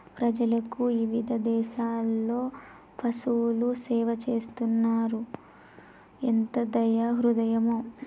ప్రజలకు ఇవిధ దేసాలలో పసువులు సేవ చేస్తున్నాయి ఎంత దయా హృదయమో